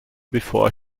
before